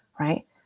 right